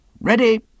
Ready